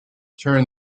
turn